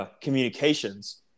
Communications